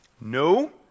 No